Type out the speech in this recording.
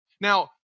Now